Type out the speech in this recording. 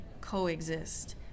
coexist